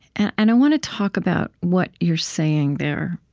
and i want to talk about what you're saying there.